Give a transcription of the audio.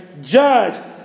judged